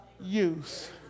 use